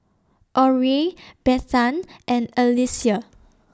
Orie Bethann and Alyssia